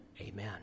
Amen